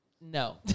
no